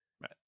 Right